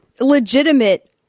legitimate